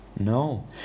No